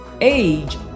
age